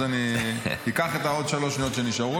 אז אקח את עוד שלוש השניות שנשארו.